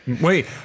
Wait